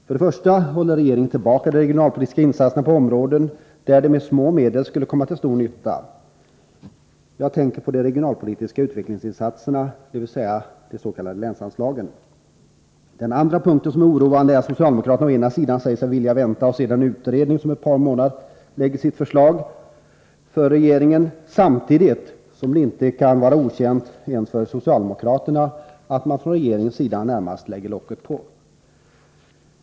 För det första håller regeringen tillbaka de regionalpolitiska insatserna på områden där dessa insatser med små medel skulle komma till stor nytta. Jag tänker på de regionalpolitiska utvecklingsinsatserna, dvs. de s.k. länsanslagen. Det andra som är oroande är att socialdemokraterna säger sig vilja vänta och se tills regionalpolitiska utredningen om ett par månader lägger fram sitt förslag för regeringen, samtidigt som det inte kan vara okänt ens för socialdemokraterna att man från regeringens sida närmast lägger locket på.